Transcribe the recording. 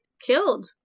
killed